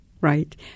Right